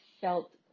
felt